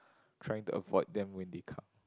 trying to avoid them when they come